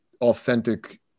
authentic